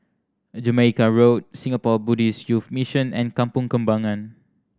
Jamaica Road Singapore Buddhist Youth Mission and Kampong Kembangan